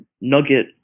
Nugget